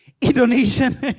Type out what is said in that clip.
Indonesian